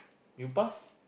you passed